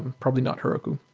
probably not heroku,